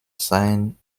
seien